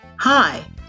Hi